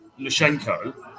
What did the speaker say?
Lushenko